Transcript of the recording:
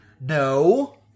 No